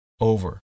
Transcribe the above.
over